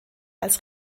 als